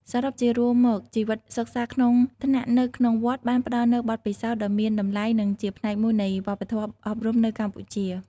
សរុបជារួមមកជីវិតសិក្សាក្នុងថ្នាក់នៅក្នុងវត្តបានផ្ដល់នូវបទពិសោធន៍ដ៏មានតម្លៃនិងជាផ្នែកមួយនៃវប្បធម៌អប់រំនៅកម្ពុជា។